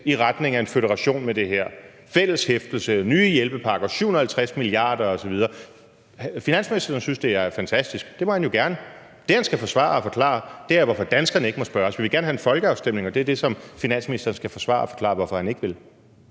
i retning af en føderation med det her: Fælles hæftelse, nye hjælpepakker, 750 mia. euro osv. Den fungerende finansminister synes, det er fantastisk. Det må han jo gerne. Det, han skal forsvare og forklare, er, hvorfor danskerne ikke må spørges. Vi vil gerne have en folkeafstemning, og det er det, som den fungerende finansminister skal forsvare og forklare hvorfor han ikke vil.